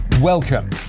Welcome